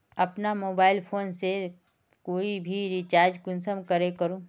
अपना mobile phone से कोई भी रिचार्ज कुंसम करे करूम?